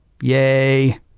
Yay